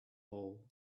hole